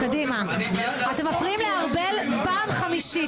אתם מפריעים לארבל פעם חמישית.